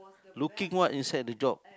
looking what inside the job